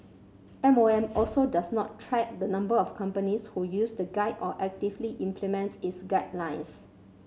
M O M also does not track the number of companies who use the guide or actively implements its guidelines